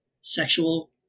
sexual